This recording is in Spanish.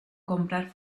comprar